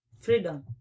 Freedom